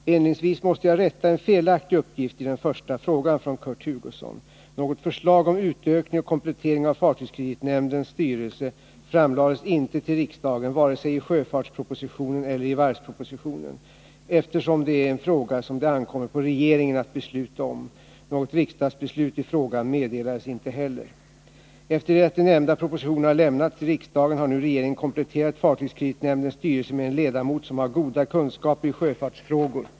Inledningsvis måste jag rätta en felaktig uppgift i den första frågan från Kurt Hugosson. Något förslag om utökning och komplettering av fartygskreditnämndens styrelse framlades inte till riksdagen vare sig i sjöfartspropositionen , eftersom det är en fråga som det ankommer på regeringen att besluta om. Något riksdagsbeslut i frågan meddelades inte heller. Efter det att de nämnda propositionerna har lämnats till riksdagen har nu regeringen kompletterat fartygskreditnämndens styrelse med en ledamot som har goda kunskaper i sjöfartsfrågor.